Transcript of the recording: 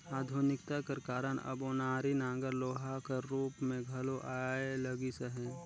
आधुनिकता कर कारन अब ओनारी नांगर लोहा कर रूप मे घलो आए लगिस अहे